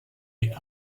est